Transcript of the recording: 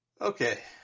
Okay